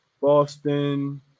Boston –